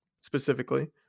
specifically